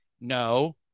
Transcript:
No